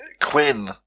Quinn